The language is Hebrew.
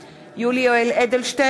(קוראת בשמות חברי הכנסת) יולי יואל אדלשטיין,